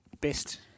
best